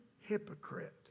hypocrite